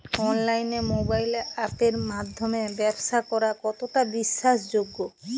অনলাইনে মোবাইল আপের মাধ্যমে ব্যাবসা করা কতটা বিশ্বাসযোগ্য?